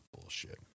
bullshit